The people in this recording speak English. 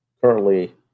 Currently